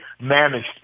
managed